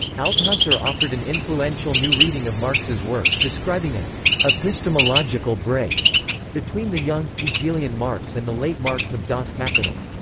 althusser offered an influential new reading of marx's work, describing an epistemological break between the young, hegelian marx and the late marx of das kapital.